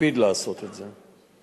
מקפיד לעשות את זה.